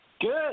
Good